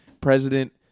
president